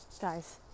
Guys